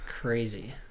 Crazy